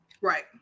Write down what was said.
Right